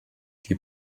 die